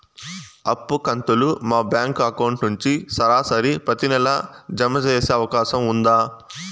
అప్పు కంతులు మా బ్యాంకు అకౌంట్ నుంచి సరాసరి ప్రతి నెల జామ సేసే అవకాశం ఉందా?